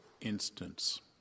instance